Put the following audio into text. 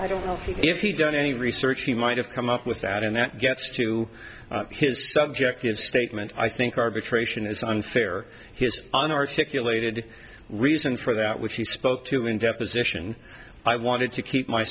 i don't know if he'd done any research he might have come up with that and that gets to his subjective statement i think arbitration is unfair he has an articulated reason for that which he spoke to in deposition i wanted to keep my